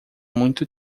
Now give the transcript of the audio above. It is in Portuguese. muito